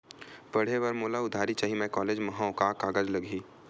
पढ़े बर मोला उधारी चाही मैं कॉलेज मा हव, का कागज लगही?